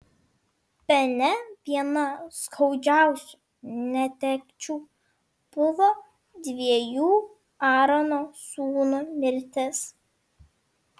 bene viena skaudžiausių netekčių buvo dviejų aarono sūnų mirtis